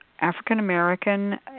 African-American